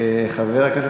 חברי הכנסת,